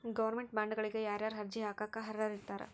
Government ಬಾಂಡ್ಗಳಿಗ ಯಾರ್ಯಾರ ಅರ್ಜಿ ಹಾಕಾಕ ಅರ್ಹರಿರ್ತಾರ?